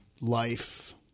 Life